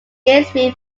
gainesville